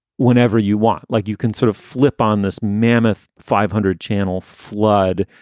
whenever you want, like you can sort of flip on this mammoth five hundred channel flood,